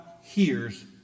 hears